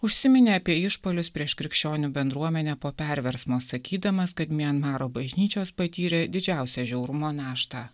užsiminė apie išpuolius prieš krikščionių bendruomenę po perversmo sakydamas kad mianmaro bažnyčios patyrė didžiausią žiaurumo naštą